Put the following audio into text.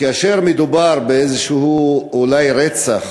שכאשר מדובר אולי באיזה רצח